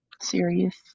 serious